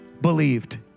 believed